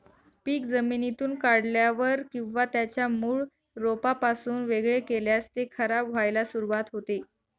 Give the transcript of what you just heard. पीक जमिनीतून काढल्यावर किंवा त्याच्या मूळ रोपापासून वेगळे केल्यास ते खराब व्हायला सुरुवात होते